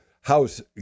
house